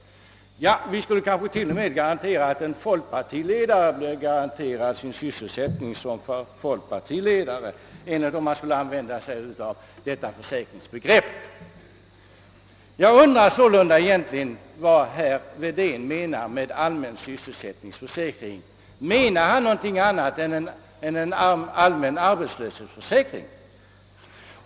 Enligt detta försäkringsbegrepp kanske vi till och med skulle garantera en folkpartiledare sysselsättning som folkpartiledare. Jag undrar sålunda vad herr Wedén egentligen menar med allmän sysselsättningsförsäkring. Menar han något annat än en allmän arbetslöshetsförsäkring?